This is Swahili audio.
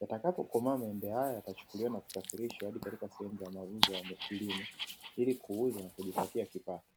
yatakapokomaa maembe hayo yatachukuliwa na kusafirishwa hadi katika sehemu za mauzo ya kilimo ili kuuza kujipatia kipato.